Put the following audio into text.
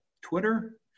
Twitter